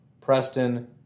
Preston